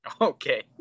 Okay